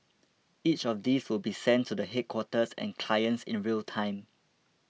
each of these will be sent to the headquarters and clients in real time